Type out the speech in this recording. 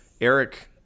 Eric